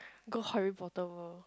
go Harry-Potter-World